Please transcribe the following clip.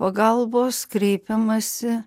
pagalbos kreipiamasi